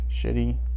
Shitty